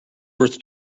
worth